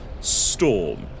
storm